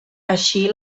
així